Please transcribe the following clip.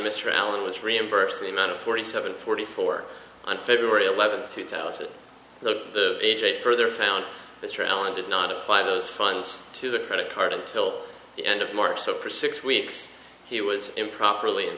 mr allen was reimbursed the amount of forty seven forty four on february eleventh two thousand and eight further found mr allen did not apply those funds to the credit card until the end of march so for six weeks he was improperly